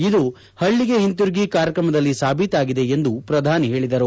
ಇದು ಹಳ್ಳಗೆ ಹಿಂತಿರುಗಿ ಕಾರ್ಯಕ್ರಮದಲ್ಲಿ ಸಾಬೀತಾಗಿದೆ ಎಂದು ಶ್ರಧಾನಿ ಹೇಳಿದರು